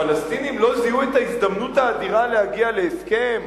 הפלסטינים לא זיהו את ההזדמנות האדירה להגיע להסכם?